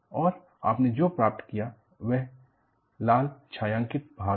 और आपने जो प्राप्त किया वह लाल छायांकित भाग है